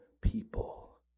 people